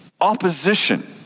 opposition